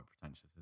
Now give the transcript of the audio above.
pretentious